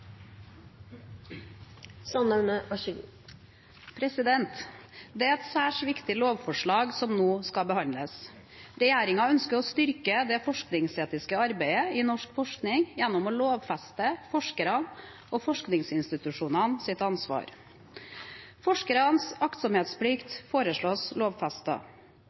et særs viktig lovforslag som nå skal behandles. Regjeringen ønsker å styrke det forskningsetiske arbeidet i norsk forskning gjennom å lovfeste forskeres og forskningsinstitusjoners ansvar. Forskeres aktsomhetsplikt foreslås